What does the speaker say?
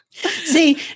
See